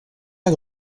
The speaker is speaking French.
pas